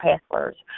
passwords